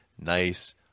nice